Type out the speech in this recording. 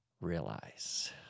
realize